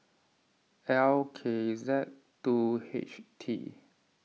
L K Z two H T